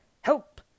help